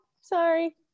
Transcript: sorry